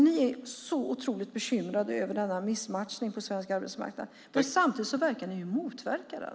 Ni är så otroligt bekymrade över denna missmatchning på svensk arbetsmarknad, men samtidigt verkar ni motverka den.